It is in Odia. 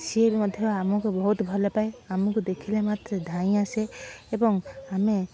ସିଏ ମଧ୍ୟ ଆମକୁ ବହୁତ ଭଲ ପାଏ ଆମକୁ ଦେଖିଲା ମାତ୍ରେ ଧାଇଁ ଆସେ ଏବଂ ଆମେ